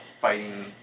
fighting